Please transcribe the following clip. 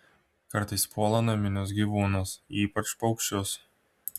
kartais puola naminius gyvūnus ypač paukščius